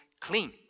clean